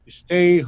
stay